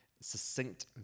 succinct